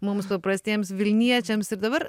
mums paprastiems vilniečiams ir dabar